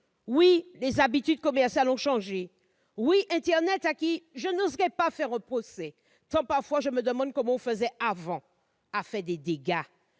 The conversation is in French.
Oui, les habitudes commerciales ont changé ! Oui, internet, auquel je n'oserai pas faire de procès, tant parfois je me demande comment on faisait avant, a fait des dégâts